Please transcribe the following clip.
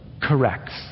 corrects